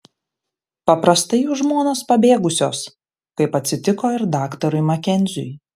paprastai jų žmonos pabėgusios kaip atsitiko ir daktarui makenziui